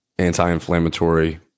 anti-inflammatory